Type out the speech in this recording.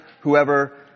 Whoever